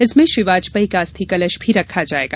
इसमें श्री वाजपेयी का अस्थि कलश भी रखा जायेगा